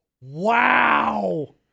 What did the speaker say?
Wow